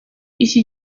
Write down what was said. iki